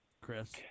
Chris